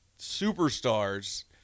superstars